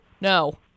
No